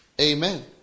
amen